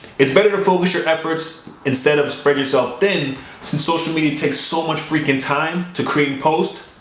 it's better to focus your efforts instead of spread yourself thin since social media takes so much freaking time to create and post,